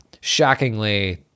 shockingly